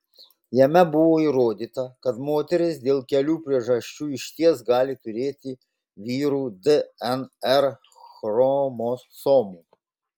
jame buvo įrodyta kad moterys dėl kelių priežasčių išties gali turėti vyrų dnr chromosomų